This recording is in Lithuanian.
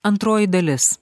antroji dalis